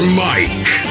mike